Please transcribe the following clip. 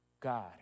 God